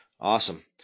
Awesome